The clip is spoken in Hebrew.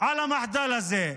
למחדל הזה.